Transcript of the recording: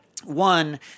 One